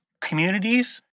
communities